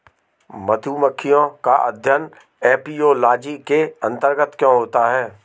मधुमक्खियों का अध्ययन एपियोलॉजी के अंतर्गत क्यों होता है?